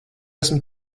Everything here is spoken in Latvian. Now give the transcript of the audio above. esmu